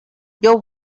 your